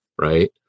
Right